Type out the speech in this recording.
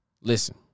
Listen